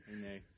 Hey